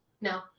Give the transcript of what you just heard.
No